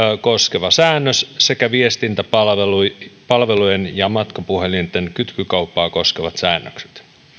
koskeva säännös sekä viestintäpalvelujen ja matkapuhelinten kytkykauppaa koskevat säännökset